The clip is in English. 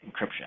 encryption